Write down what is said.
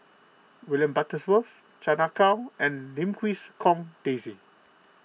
William Butterworth Chan Ah Kow and Lim Quee Hong Daisy